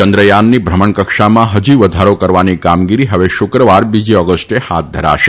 ચંદ્રયાનની ભ્રમણકક્ષામાં છજી વધારો કરવાની કામગીરી હવે શુક્રવાર બીજી ઓગસ્ટે હાથ ધરાશે